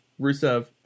Rusev